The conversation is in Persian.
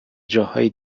جاهای